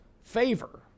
favor